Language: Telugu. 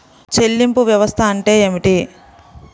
చెల్లింపు వ్యవస్థ అంటే ఏమిటి?